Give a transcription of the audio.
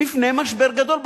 בפני משבר גדול.